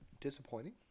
Disappointing